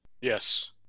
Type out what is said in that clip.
Yes